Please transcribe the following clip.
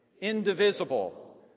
indivisible